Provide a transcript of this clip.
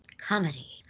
Comedy